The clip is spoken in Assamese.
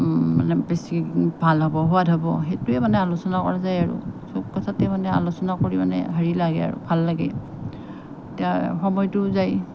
মানে বেছি ভাল হ'ব সোৱাদ হ'ব সেইটোৱে মানে আলোচনা কৰা যায় আৰু চব কথাতে মানে আলোচনা কৰি মানে হেৰি লাগে আৰু ভাল লাগে তেতিয়া সময়টোও যায়